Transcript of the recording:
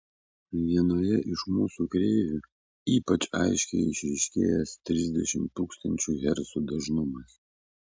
vienoje iš mūsų kreivių ypač aiškiai išryškėjęs trisdešimt tūkstančių hercų dažnumas